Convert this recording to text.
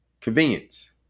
Convenience